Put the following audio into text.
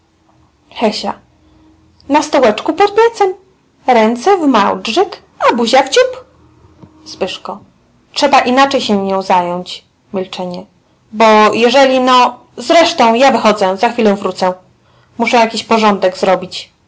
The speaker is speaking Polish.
na stołeczku pod piecem ręce w małdrzyk a buzia w ciup trzeba inaczej się nią zająć milczenie bo jeżeli no zresztą ja wychodzę za chwilę wrócę muszę jakiś porządek zrobić